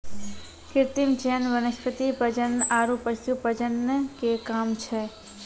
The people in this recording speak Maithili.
कृत्रिम चयन वनस्पति प्रजनन आरु पशु प्रजनन के काम छै